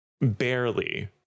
Barely